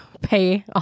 pay